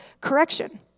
correction